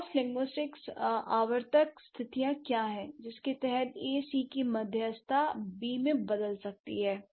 cross linguistic आवर्तक स्थितियां क्या हैं जिसके तहत A C की मध्यस्थता B में बदल सकती है